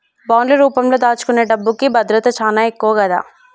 బాండ్లు రూపంలో దాచుకునే డబ్బుకి భద్రత చానా ఎక్కువ గదా